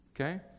okay